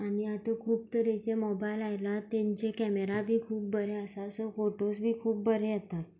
आनी आतां खूब तेरेचे मोबायल आयला तांचे कॅमेरा बी खूब बरे आसा सो फोटोज बी खूब बरे येतात